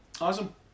Awesome